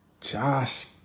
Josh